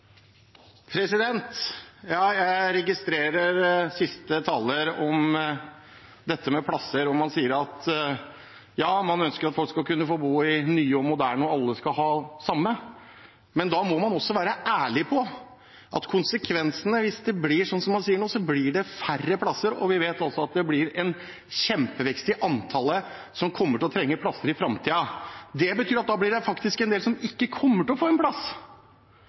om dette med plasser at man ønsker at folk skal kunne få bo i noe nytt og moderne, og at alle skal ha det samme. Men da må man også være ærlig om at konsekvensene – hvis det blir slik som man sier nå – blir færre plasser. Vi vet også at det blir en kjempevekst i antallet som kommer til å trenge plasser i framtiden. Det betyr at det blir en del som faktisk ikke kommer til å få en plass,